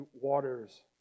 waters